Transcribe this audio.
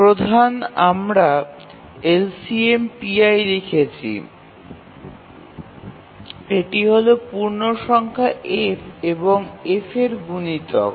প্রধান আমরা LCM লিখেছি এবং এটি হল পূর্ণসংখ্যা f এবং যখন f এর গুণিতক